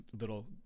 little